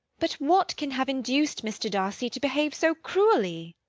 but what can have induced mr. darcy to behave so cruelly?